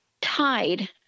tied